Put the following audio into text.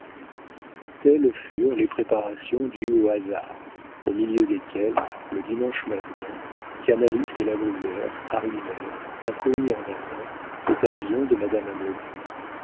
telles furent les préparations dues au hasard au milieu desquelles le dimanche matin canalis et la brière arrivèrent un courrier en avant au pavillon de madame